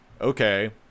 Okay